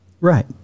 Right